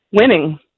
winning